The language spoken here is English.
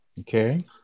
Okay